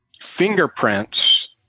fingerprints